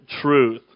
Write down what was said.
truth